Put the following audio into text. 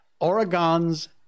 Oregon's